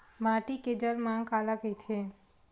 माटी के जलमांग काला कइथे?